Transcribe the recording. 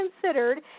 considered